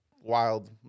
wild